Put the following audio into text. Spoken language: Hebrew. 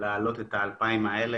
להעלות את ה-2,000 אנשים האלה.